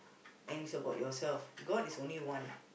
and you support yourself God is only one